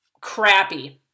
crappy